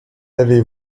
avez